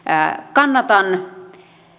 kannatan